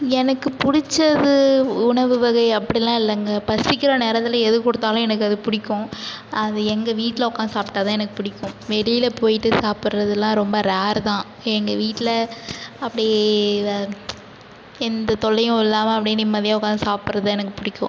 எனக்குப் பிடிச்சது உணவு வகை அப்டிலாம் இல்லைங்க பசிக்கிற நேரத்தில் எது கொடுத்தாலும் எனக்கு அது பிடிக்கும் அது எங்கள் வீட்டில் உட்காந்து சாப்பிடாதான் எனக்குப் பிடிக்கும் வெளில போய்விட்டு சாப்படுறதுலாம் ரொம்ப ரேரு தான் எங்கள் வீட்டில் அப்படி வ எந்தத் தொல்லையும் இல்லாமல் அப்டே நிம்மதியாக உட்காந்து சாப்படுறது எனக்குப் பிடிக்கும்